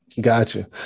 gotcha